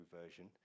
version